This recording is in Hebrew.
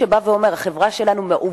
וגם רמלה לא מקבלת אותו כשכונה של רמלה.